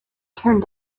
turned